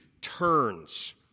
turns